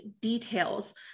details